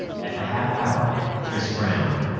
at the half-hour, chris frowned.